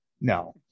No